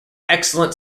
excellent